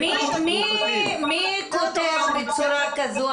מי קוטע בצורה כזו?